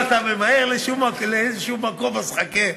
אם אתה ממהר לאיזה מקום, אז חכה.